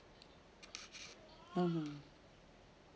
mmhmm